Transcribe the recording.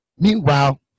Meanwhile